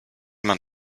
man